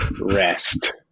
rest